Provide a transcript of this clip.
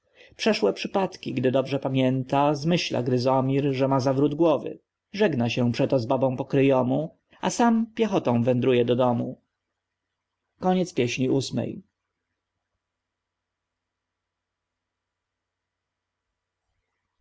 przeszłe przypadki gdy dobrze pamięta zmyśla gryzomir że ma zawrót głowy żegna się przeto z babą pokryjomu a sam piechotą wędruje do domu